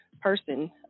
person